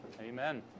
Amen